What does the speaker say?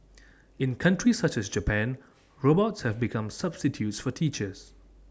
in countries such as Japan robots have become substitutes for teachers